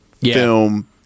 film